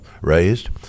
raised